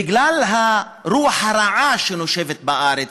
בגלל הרוח הרעה שנושבת בארץ,